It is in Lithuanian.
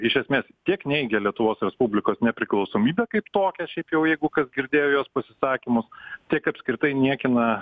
iš esmės tiek neigia lietuvos respublikos nepriklausomybę kaip tokią šiaip jau jeigu kas girdėjo jos pasisakymus tiek apskritai niekina